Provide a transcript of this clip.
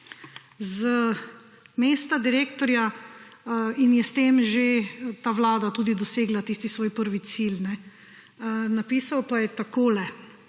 z mesta direktorja in je s tem že ta vlada tudi dosegla tisti svoj prvi cilj. Napisal pa je takole